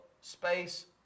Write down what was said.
Space